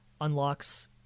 unlocks